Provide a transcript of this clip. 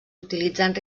utilitzant